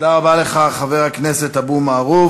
תודה רבה לך, חבר הכנסת אבו מערוף.